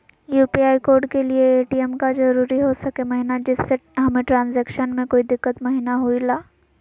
UPI code के लिए ATM का जरूरी हो सके महिना जिससे हमें ट्रांजैक्शन में कोई दिक्कत महिना हुई ला?